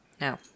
No